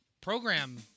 program